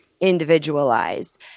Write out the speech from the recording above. individualized